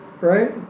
Right